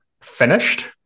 Finished